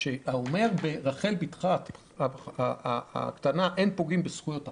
שאם אומרים ברחל בתך הקטנה שאין פוגעים בזכויות הפרט,